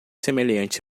semelhante